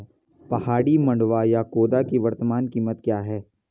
पहाड़ी मंडुवा या खोदा की वर्तमान कीमत क्या है?